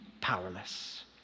powerless